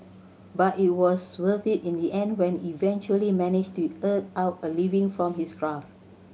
but it was worth it in the end when eventually managed to eke out a living from his craft